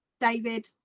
David